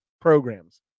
programs